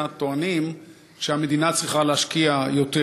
טוענים שהמדינה צריכה להשקיע יותר.